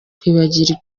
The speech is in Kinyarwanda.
kwibagirwa